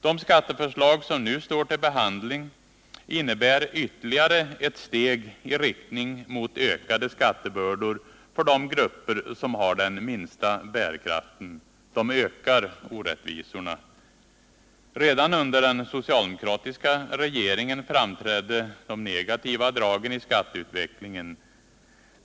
De skatteförslag som nu står till behandling innebär ytterligare ett steg i riktning mot ökade skattebördor för de grupper som har den minsta bärkraften. De ökar orättvisorna. Redan under den socialdemokratiska regeringen framträdde de negativa dragen i skatteutvecklingen.